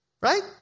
right